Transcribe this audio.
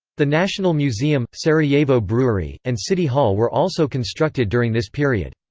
the national museum, sarajevo brewery, and city hall were also constructed during this period.